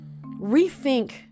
rethink